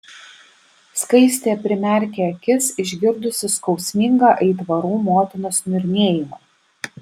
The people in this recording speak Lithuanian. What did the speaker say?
skaistė primerkė akis išgirdusi skausmingą aitvarų motinos niurnėjimą